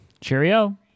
cheerio